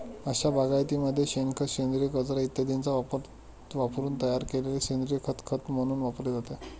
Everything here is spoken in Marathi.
अशा बागायतीमध्ये शेणखत, सेंद्रिय कचरा इत्यादींचा वापरून तयार केलेले सेंद्रिय खत खत म्हणून वापरले जाते